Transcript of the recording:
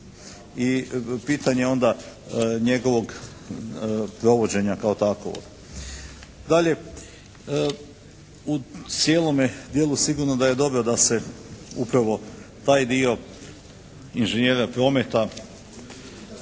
I pitanje je onda njegovog provođenja kao takovog? Dalje. U cijelome dijelu sigurno da je dobro da se upravo taj dio inženjera prometa